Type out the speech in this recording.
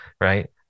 right